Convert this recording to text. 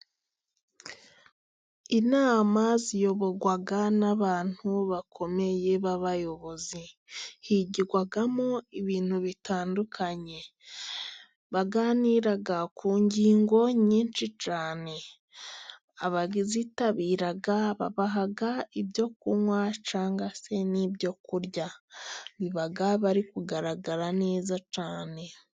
Inama ziyoborwa n'abantu bakomeye b'abayobozi. Higirwamo ibintu bitandukanye. Baganira ku ngingo nyinshi cyane. Abazitabira babaha ibyo kunywa cyangwa se n'ibyo kurya biba bari kugaragara neza cyane.